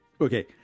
okay